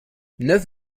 neuf